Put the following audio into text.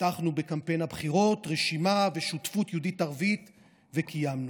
הבטחנו בקמפיין הבחירות רשימה ושותפות יהודית-ערבית וקיימנו,